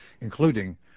including